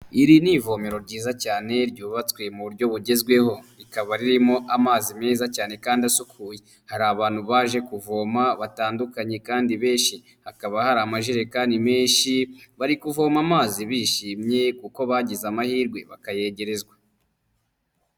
Iri ni ivomero ryiza cyane ryubatswe mu buryo bugezweho rikaba ririmo amazi meza cyane kandi asukuye hari abantu baje kuvoma batandukanye kandi benshi hakaba hari amajerekani menshi bari kuvoma amazi bishimye kuko bagize amahirwe bakayegerezwa.